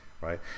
right